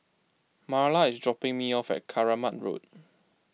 Marla is dropping me off at Keramat Road